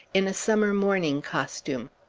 in a summer-morning costume.